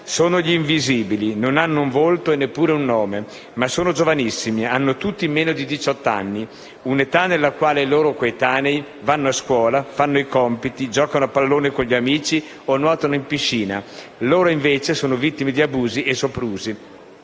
«Sono gli Invisibili, non hanno un volto e neppure un nome ma sono giovanissimi, hanno tutti meno di diciotto anni, un'età nella quale i loro coetanei vanno a scuola, fanno i compiti, giocano a pallone con gli amici o nuotano in piscina. Loro, invece, sono vittime di abusi e soprusi».